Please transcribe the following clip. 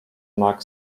nag